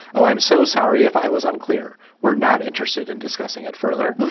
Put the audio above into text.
oh, i'm so sorry if i was unclear. we're not interested in discussing it further.